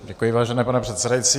Děkuji, vážený pane předsedající.